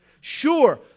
Sure